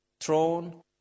throne